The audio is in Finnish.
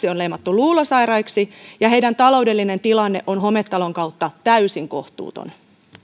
on leimattu luulosairaiksi ja joiden taloudellinen tilanne on hometalon kautta täysin kohtuuton